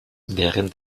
während